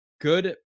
Good